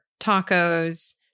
tacos